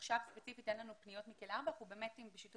עכשיו ספציפית אין לנו פניות מכלא 4. אנחנו בשיתוף